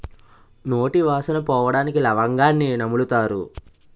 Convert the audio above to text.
నోటి వాసన పోవడానికి లవంగాన్ని నములుతారు